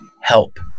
help